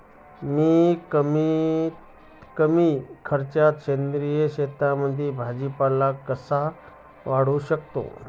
मी कमीत कमी खर्चात सेंद्रिय शेतीमध्ये भाजीपाला कसा वाढवू शकतो?